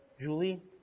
Julie